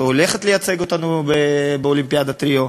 שהולכת לייצג אותנו באולימפיאדת ריו,